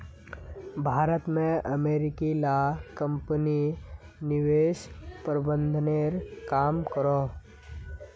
भारत में अमेरिकी ला कम्पनी निवेश प्रबंधनेर काम करोह